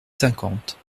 cinquante